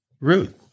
Ruth